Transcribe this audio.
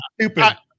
Stupid